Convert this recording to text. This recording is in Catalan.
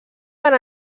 van